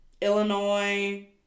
Illinois